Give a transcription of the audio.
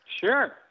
Sure